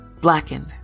Blackened